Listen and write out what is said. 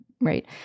right